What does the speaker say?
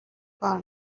کار